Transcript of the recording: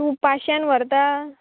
तूं पांचश्यान व्हरता